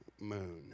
moon